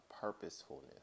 purposefulness